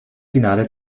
finale